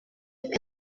and